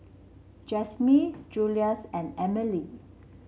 Jasmyn Julious and Emily